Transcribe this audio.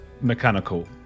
Mechanical